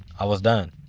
i was done.